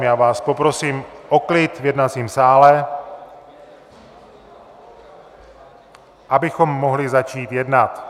Já vás poprosím o klid v jednacím sále, abychom mohli začít jednat.